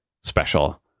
special